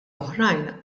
oħrajn